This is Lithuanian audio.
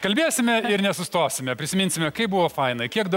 kalbėsime ir nesustosime prisiminsime kaip buvo faina kiek daug